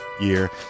year